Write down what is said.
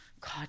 God